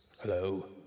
Hello